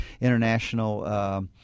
international